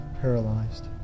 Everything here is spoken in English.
paralyzed